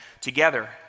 together